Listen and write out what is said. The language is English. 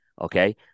Okay